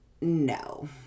no